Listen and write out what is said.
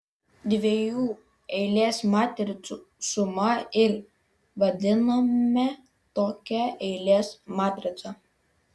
dviejų eilės matricų suma ir vadiname tokią eilės matricą